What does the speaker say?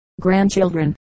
grandchildren